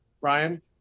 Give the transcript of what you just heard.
Ryan